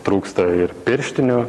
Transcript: trūksta ir pirštinių